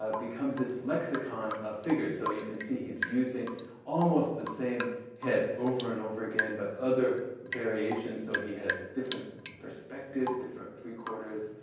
but becomes this lexicon of figures. so you can see he's using almost the same head over and over again, but other variations so he has different perspectives, different three quarters,